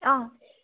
অঁ